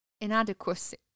inadequacy